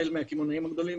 החל מהקמעונאים הגדולים,